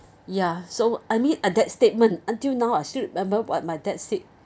ya so I mean at that statement until now I still remember what my dad said